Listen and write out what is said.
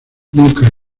nuca